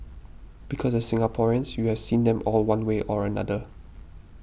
because as Singaporeans you have seen them all one way or another